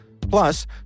Plus